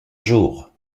jour